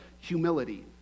humility